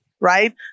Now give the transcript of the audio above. right